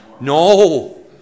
no